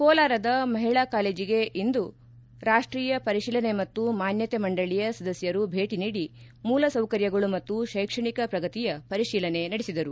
ಕೋಲಾರದ ಮಹಿಳಾ ಕಾಲೇಜಿಗೆ ಇಂದು ರಾಷ್ಟೀಯ ಪರಿತೀಲನೆ ಮತ್ತು ಮಾನ್ಯತೆ ಮಂಡಳಿಯ ಸದಸ್ಕರು ಭೇಟಿ ನೀಡಿ ಮೂಲ ಸೌಕರ್್ಯಗಳು ಮತ್ತು ಶೈಕ್ಷಣಿಕ ಪ್ರಗತಿಯ ಪರಿಶೀಲನೆ ನಡೆಸಿದರು